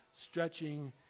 stretching